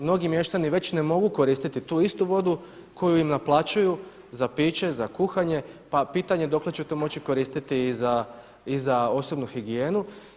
Mnogi mještani već ne mogu koristiti tu istu vodu koju im naplaćuju za piće, za kuhanje, pa pitanje dokle će to moći koristiti i za osobnu higijenu.